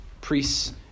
priests